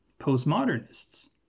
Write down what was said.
postmodernists